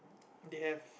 they have